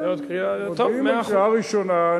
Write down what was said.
מודים גם בקריאה הראשונה.